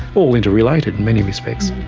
all interrelated in many respects.